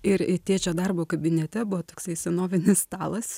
ir tėčio darbo kabinete buvo toksai senovinis stalas